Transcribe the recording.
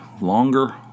longer